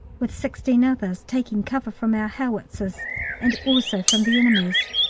with sixteen others, taking cover from our howitzers and also from the enemy's.